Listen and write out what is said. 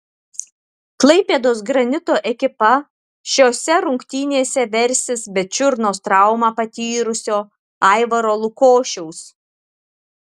klaipėdos granito ekipa šiose rungtynėse versis be čiurnos traumą patyrusio aivaro lukošiaus